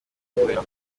kubera